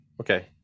Okay